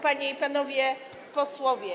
Panie i Panowie Posłowie!